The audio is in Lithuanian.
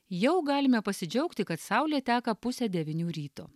jau galime pasidžiaugti kad saulė teka pusę devynių ryto